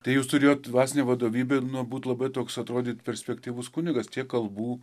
tai jūs turėjot dvasinė vadovybė nu būt labai toks atrodyt perspektyvus kunigas tiek kalbų